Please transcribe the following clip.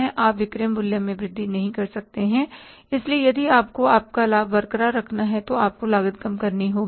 आप विक्रय मूल्य में वृद्धि नहीं कर सकते हैं इसलिए यदि आपको अपना लाभ बरकरार रखना है तो आपको लागत कम करनी होगी